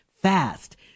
fast